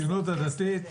ההסתייגות הבאה.